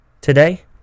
today